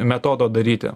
metodo daryti